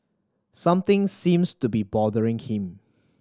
something seems to be bothering him